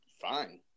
fine